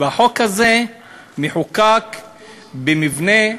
והחוק הזה מחוקק במבנה,